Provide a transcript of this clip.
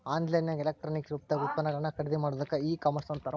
on line ನ್ಯಾಗ electronic ರೂಪ್ದಾಗ್ ಉತ್ಪನ್ನಗಳನ್ನ ಖರಿದಿಮಾಡೊದಕ್ಕ ಇ ಕಾಮರ್ಸ್ ಅಂತಾರ